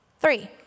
Three